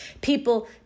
people